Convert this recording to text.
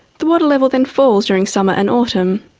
the water level then falls during summer and autumn.